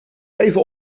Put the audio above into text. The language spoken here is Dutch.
even